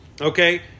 Okay